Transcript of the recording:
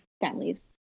families